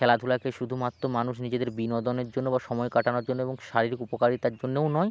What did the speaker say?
খেলাধুলাকে শুধুমাত্র মানুষ নিজেদের বিনোদনের জন্য বা সময় কাটানোর জন্য এবং শারীরিক উপকারিতার জন্যেও নয়